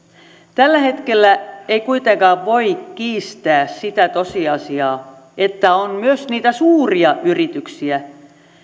tällä hetkellä ei kuitenkaan voi kiistää sitä tosiasiaa että on myös niitä suuria yrityksiä